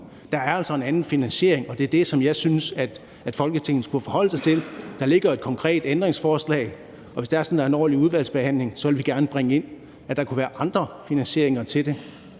Der er altså en anden finansiering, og det er det, som jeg synes at Folketinget skulle forholde sig til. Der ligger jo et konkret ændringsforslag, og hvis det er sådan, at der er en ordentlig udvalgsbehandling, så vil vi gerne bringe med til den, at der kunne være andre finansieringer til det,